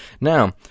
Now